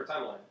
timeline